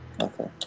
Okay